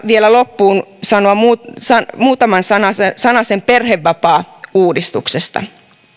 vielä loppuun sanoa muutaman sanoa muutaman sanasen sanasen perhevapaauudistuksesta